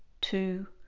two